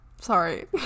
sorry